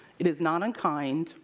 it is not unkind,